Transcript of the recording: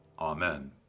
Amen